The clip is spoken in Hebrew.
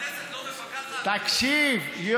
אתה לא רוצה לפקח על תקציב המשטרה?